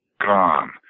gone